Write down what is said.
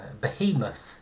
behemoth